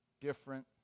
different